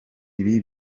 ibi